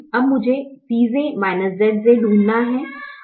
अब मुझे Cj Zj ढूंढना है